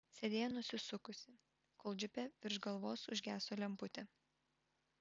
sėdėjo nusisukusi kol džipe virš galvos užgeso lemputė